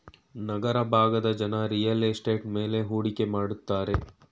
ನಗರ ಭಾಗದ ಜನ real estate ಮೇಲೆ ಹೂಡಿಕೆ ಮಾಡುತ್ತಾರೆ